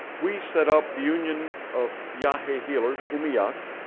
we set up the union of yaha healers, umiak.